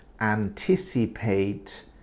anticipate